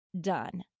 done